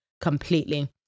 completely